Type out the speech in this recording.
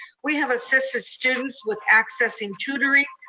we have assisted students with accessing tutoring,